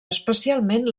especialment